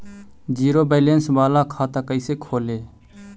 Zero balance बाला खाता कैसे खोले?